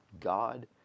God